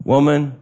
Woman